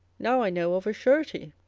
now i know of a surety,